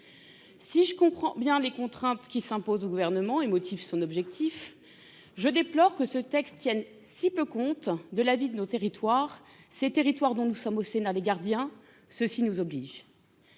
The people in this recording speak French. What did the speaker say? si je comprends bien les contraintes qui s'imposent au gouvernement son objectif, je déplore que ce texte si peu compte de l'avis de nos territoires, ces territoires dont nous sommes au sénat les gardiens, ceci nous oblige